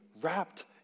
wrapped